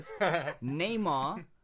Neymar